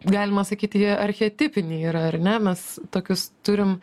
galima sakyti jie archetipiniai yra ar ne mes tokius turim